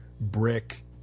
Brick